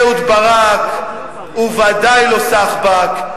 אהוד ברק הוא ודאי לא סחבק,